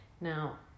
Now